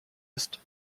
ist